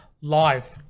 live